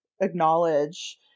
acknowledge